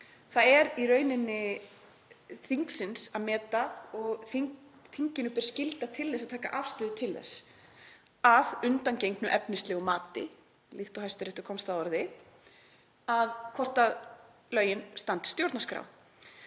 Það er í rauninni þingsins að meta og þinginu ber skylda til þess að taka afstöðu til þess, að undangengnu efnislegu mati, líkt og Hæstiréttur komst að orði, hvort lögin standist stjórnarskrá.